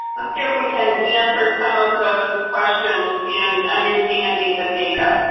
let's see if we can answer some of those questions in understanding the data.